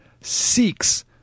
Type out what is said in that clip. seeks